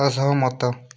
ଅସହମତ